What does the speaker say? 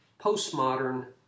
postmodern